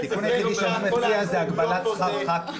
התיקון היחיד שאני מציע זה הגבלת שכר ח"כים.